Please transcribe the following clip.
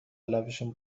لبشون